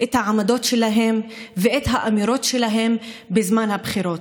את העמדות שלהם ואת האמירות שלהם בזמן הבחירות.